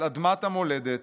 על אדמת המולדת,